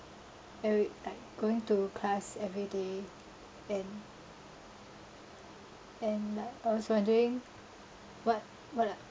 every~ like going to class everyday and and like I was wondering what what I